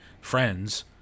friends